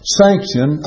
sanction